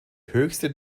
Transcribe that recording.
höchste